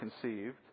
conceived